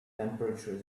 temperature